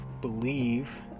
believe